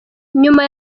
nyuma